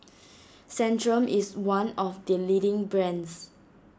Centrum is one of the leading brands